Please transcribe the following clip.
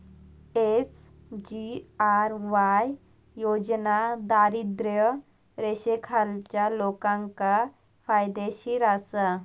SGRY योजना दारिद्र्य रेषेखालच्या लोकांका फायदेशीर आसा